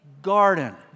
garden